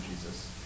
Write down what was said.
Jesus